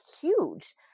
huge